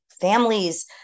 families